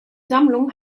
sammlung